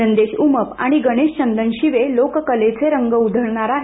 नंदेश उमप आणि गणेश चंदनशिवे लोककलेचे रंग उधळणार आहेत